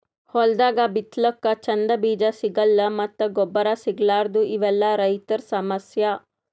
ಹೊಲ್ದಾಗ ಬಿತ್ತಲಕ್ಕ್ ಚಂದ್ ಬೀಜಾ ಸಿಗಲ್ಲ್ ಮತ್ತ್ ಗೊಬ್ಬರ್ ಸಿಗಲಾರದೂ ಇವೆಲ್ಲಾ ರೈತರ್ ಸಮಸ್ಯಾ